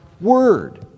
word